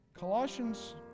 Colossians